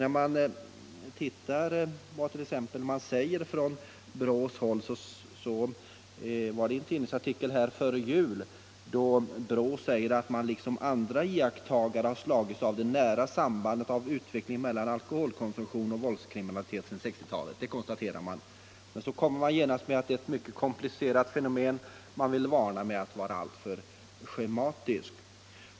När man tittar på vad som uttalats från brottsförebyggande rådets sida finner man t.ex. i en tidningsartikel före jul att rådet liksom andra iakttagare slagits av det nära sambandet mellan utvecklingen av alkoholkonsumtion och våldskriminalitet under 1960-talet. Detta konstaterar alltså brottsförebyggande rådet men framhåller sedan att det är ett mycket komplicerat fenomen och varnar för en alltför schematisk syn.